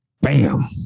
Bam